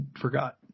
forgot